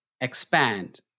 expand